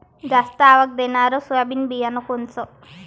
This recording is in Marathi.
जास्त आवक देणनरं सोयाबीन बियानं कोनचं?